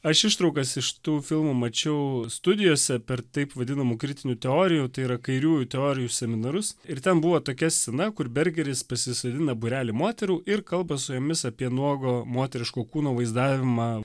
aš ištraukas iš tų filmų mačiau studijose per taip vadinamų kritinių teorijų tai yra kairiųjų teorijų seminarus ir ten buvo tokia scena kur bergeris pasisodina būrelį moterų ir kalba su jumis apie nuogo moteriško kūno vaizdavimą